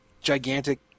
gigantic